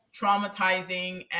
traumatizing